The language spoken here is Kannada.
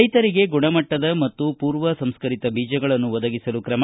ರೈತರಿಗೆ ಗುಣಮಟ್ಟದ ಮತ್ತು ಪೂರ್ವ ಸಂಸ್ಕರಿತ ಬೀಜಗಳನ್ನು ಒದಗಿಸಲು ತ್ರಮ